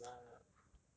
you didn't lah